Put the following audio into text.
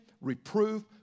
reproof